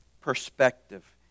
perspective